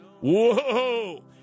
Whoa